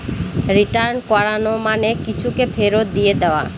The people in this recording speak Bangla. রিটার্ন করানো মানে কিছুকে ফেরত দিয়ে দেওয়া